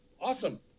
awesome